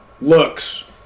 looks